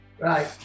Right